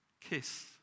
Kiss